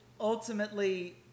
ultimately